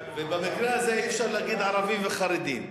במקרה הזה אי-אפשר להגיד: ערבים וחרדים.